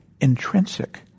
intrinsic